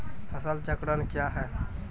फसल चक्रण कया हैं?